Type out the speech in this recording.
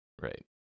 Right